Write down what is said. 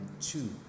Two